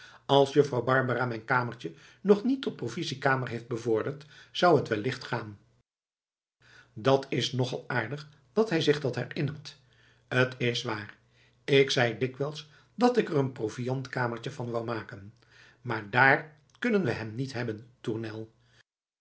als juffrouw barbara mijn kamertje nog niet tot provisiekamer heeft bevorderd zou t wellicht gaan dat is nog al aardig dat hij zich dat herinnert t is waar ik zei dikwijls dat ik er een proviandkamertje van wou maken maar dààr kunnen we hem niet hebben tournel